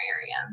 area